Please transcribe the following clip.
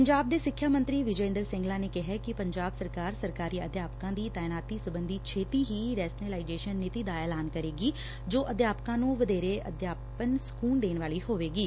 ਪੰਜਾਬ ਦੇ ਸਿੱਖਿਆ ਮੰਤਰੀ ਵਿਜੈ ਇੰਦਰ ਸਿੰਗਲਾ ਨੇ ਕਿਹਾ ਕਿ ਪੰਜਾਬ ਸਰਕਾਰ ਸਰਕਾਰੀ ਅਧਿਆਪਕਾਂ ਦੀ ਤਾਇਨਾਤੀ ਸਬੰਧੀ ਛੇਤੀ ਹੀ ਰੈਸ਼ਨੇਲਾਈਜ਼ੇਸ਼ਨ ਨੀਤੀ ਦਾ ਐਲਾਨ ਕਰੇਗੀ ਜੋ ਅਧਿਆਪਕਾਂ ਨੰ ਵਧੇਰੇ ਅਧਿਆਪਨ ਸਕੁਨ ਦੇਣ ਵਾਲੀ ਹੋਵੇਗੀ